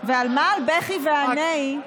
ועל מה הבכי והנהי,